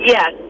Yes